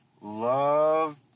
love